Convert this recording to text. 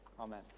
Amen